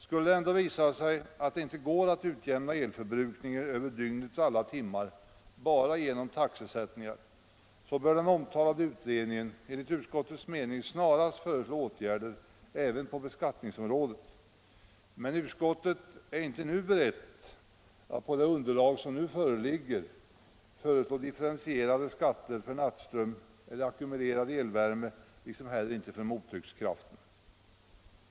Skulle det ändå visa sig att det inte går att utjämna elförbrukningen över dygnets alla timmar bara genom taxesättningar, så bör den omtalade utredningen, enligt utskottets mening, snarast föreslå åtgärder även på beskattningsområdet, men utskottet är inte berett att på det underlag som nu föreligger föreslå differentierade skatter för nattström eller ackumulerande elvärme liksom heller inte för mottryckskraften.